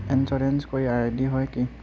Insurance कोई ID होय है की?